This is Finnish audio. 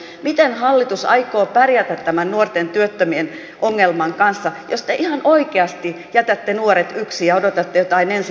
miten hallitus aikoo pärjätä tämän nuorten työttömien ongelman kanssa jos te ihan oikeasti jätätte nuoret yksin ja odotatte jotain ensi syksyä